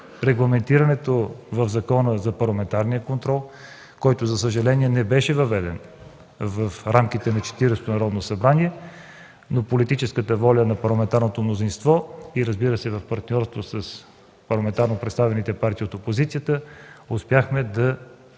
регламентирането в Закона за парламентарния контрол, който за съжаление не беше въведен в рамките на Четиридесетото Народно събрание, но политическата воля на парламентарното мнозинство в партньорство с парламентарно представените партии от опозицията успяхме да